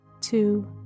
Two